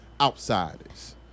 outsiders